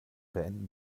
beenden